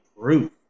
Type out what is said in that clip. proof